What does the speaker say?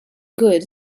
good